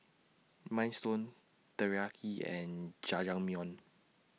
Minestrone Teriyaki and Jajangmyeon